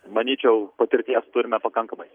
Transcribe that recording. manyčiau patirties turime pakankamai